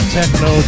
techno